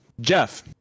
Jeff